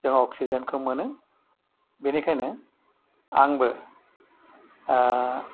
जों अकसिजेनखौ मोनो बिनिखायनो आंबो